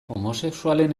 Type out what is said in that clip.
homosexualen